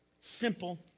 simple